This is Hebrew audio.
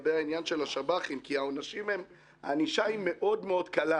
כי הענישה היא מאוד-מאוד קלה.